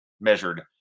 measured